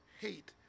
hate